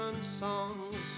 songs